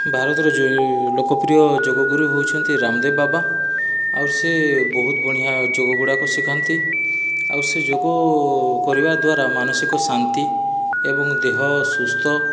ଭାରତର ଯେଉଁ ଲୋକପ୍ରିୟ ଯୋଗଗୁରୁ ହେଉଛନ୍ତି ରାମଦେବ ବାବା ଆଉର୍ ସେ ବହୁତ ବଢ଼ିଆଁ ଯୋଗଗୁଡ଼ାକ ଶିଖାନ୍ତି ଆଉର୍ ସେ ଯୋଗ କରିବା ଦ୍ୱାରା ମାନସିକ ଶାନ୍ତି ଏବଂ ଦେହ ସୁସ୍ଥ